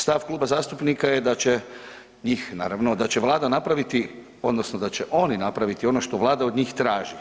Stav kluba zastupnika je da će ih naravno, da će Vlada napraviti, odnosno da će oni napraviti ono što Vlada od njih traži.